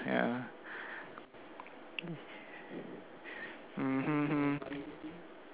mmhmm